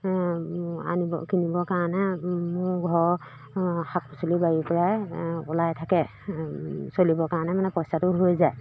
আনিব কিনিবৰ কাৰণে মোৰ ঘৰ শাক পাচলি বাৰীৰ পৰাই ওলাই থাকে চলিবৰ কাৰণে মানে পইচাটো হৈ যায়